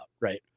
right